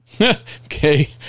okay